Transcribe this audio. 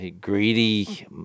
greedy